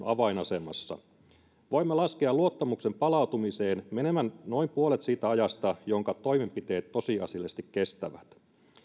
avainasemassa voimme laskea luottamuksen palautumiseen menevän noin puolet siitä ajasta jonka toimenpiteet tosiasiallisesti kestävät